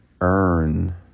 earn